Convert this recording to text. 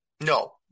no